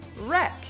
wreck